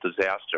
disaster